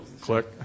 Click